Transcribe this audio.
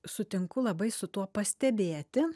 sutinku labai su tuo pastebėti